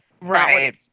Right